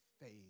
faith